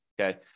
okay